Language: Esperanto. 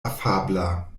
afabla